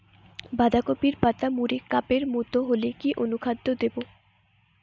বাঁধাকপির পাতা মুড়ে কাপের মতো হলে কি অনুখাদ্য দেবো?